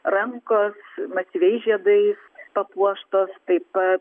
rankos masyviais žiedais papuoštos taip pat